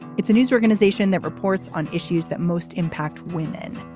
it's a news organization that reports on issues that most impact women.